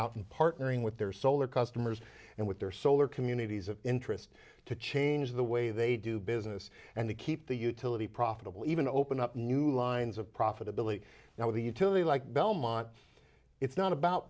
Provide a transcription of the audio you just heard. out and partnering with their solar customers and with their solar communities of interest to change the way they do business and to keep the utility profitable even open up new lines of profitability now with a utility like belmont it's not about